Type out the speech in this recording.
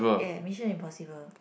yeah Mission Impossible